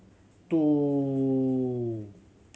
two